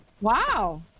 Wow